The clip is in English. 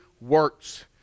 works